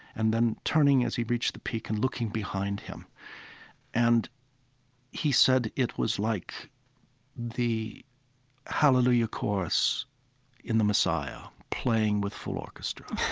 and then turning as he reached the peak and looking behind him and he said it was like the hallelujah chorus in the messiah, playing with full orchestra,